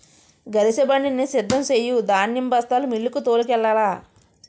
గరిసెబండిని సిద్ధం సెయ్యు ధాన్యం బస్తాలు మిల్లుకు తోలుకెల్లాల